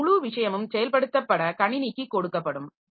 இந்த முழு விஷயமும் செயல்படுத்தபட கணினிக்கு காெடுக்கப்படும்